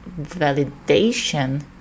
validation